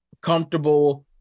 comfortable